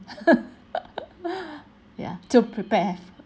ya to prepare